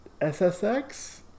SSX